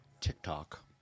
TikTok